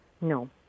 No